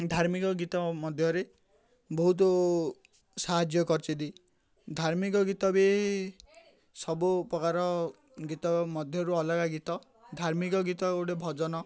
ଧାର୍ମିକ ଗୀତ ମଧ୍ୟରେ ବହୁତ ସାହାଯ୍ୟ କରିଛନ୍ତି ଧାର୍ମିକ ଗୀତ ବି ସବୁ ପ୍ରକାର ଗୀତ ମଧ୍ୟରୁ ଅଲଗା ଗୀତ ଧାର୍ମିକ ଗୀତ ଗୋଟେ ଭଜନ